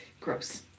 Gross